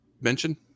mention